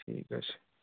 ঠিক আছে